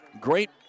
Great